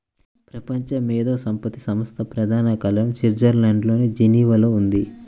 ప్రపంచ మేధో సంపత్తి సంస్థ ప్రధాన కార్యాలయం స్విట్జర్లాండ్లోని జెనీవాలో ఉంది